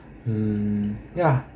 um ya